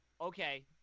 okay